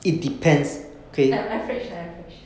average leh average